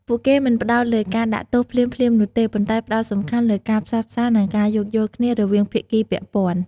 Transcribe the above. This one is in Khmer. ពួកគេមិនផ្តោតលើការដាក់ទោសភ្លាមៗនោះទេ ប៉ុន្តែផ្តោតសំខាន់លើ ការផ្សះផ្សា និងការយោគយល់គ្នា រវាងភាគីពាក់ព័ន្ធ។